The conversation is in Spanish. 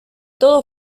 todo